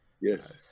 yes